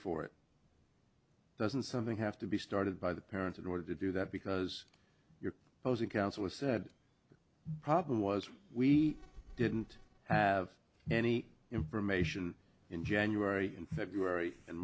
for it doesn't something have to be started by the parents in order to do that because you're posing counsellor said the problem was we didn't have any information in january and february and